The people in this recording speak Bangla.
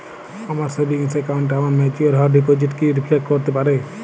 আমার সেভিংস অ্যাকাউন্টে আমার ম্যাচিওর হওয়া ডিপোজিট কি রিফ্লেক্ট করতে পারে?